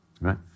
right